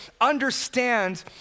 understand